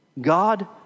God